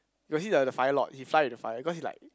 you got see the the fire lord he fly into fire because he like